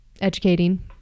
educating